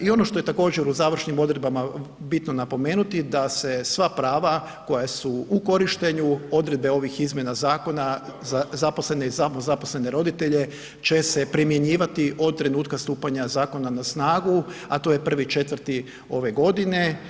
I ono što je također u završnim odredbama bitno napomenuti da se sva prava, koja su u korištenju odredbe ovih izmjena zakona za zaposlene i samozaposlene roditelje će se primjenjivati od trenutka stupanja zakona na snagu, a to je 1.4. ove godine.